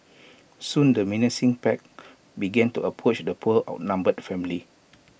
soon the menacing pack began to approach the poor outnumbered family